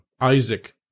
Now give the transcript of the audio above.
Isaac